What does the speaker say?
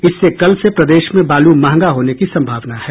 इससे कल से प्रदेश में बालू महंगा हाने की संभावना है